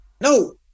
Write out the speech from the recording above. No